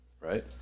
right